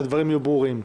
שהדברים יהיו ברורים,